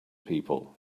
people